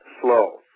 slow